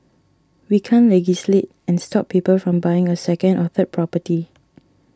we can't legislate and stop people from buying a second or third property